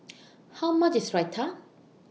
How much IS Raita